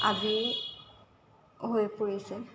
আজি হৈ পৰিছে